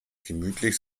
gemütlich